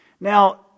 Now